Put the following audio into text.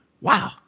wow